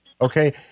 Okay